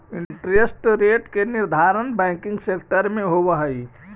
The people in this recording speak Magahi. इंटरेस्ट रेट के निर्धारण बैंकिंग सेक्टर में होवऽ हई